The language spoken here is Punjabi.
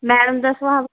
ਮੈਡਮ ਦਾ ਸੁਭਾਅ